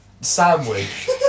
Sandwich